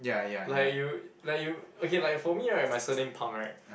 like you like you okay like for me right my surname Pang right